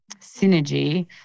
synergy